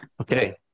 Okay